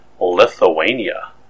Lithuania